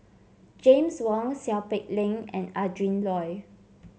James Wong Seow Peck Leng and Adrin Loi